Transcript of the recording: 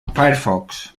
firefox